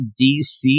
DC